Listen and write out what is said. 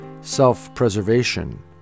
self-preservation